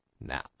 now